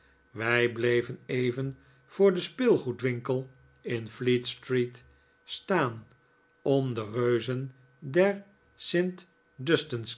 wij bleven even voor den speelgoedwinkel in fleet-street staan om de reuzen der st